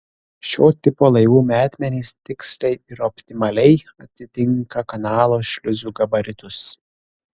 šio tipo laivų metmenys tiksliai ir optimaliai atitinka kanalo šliuzų gabaritus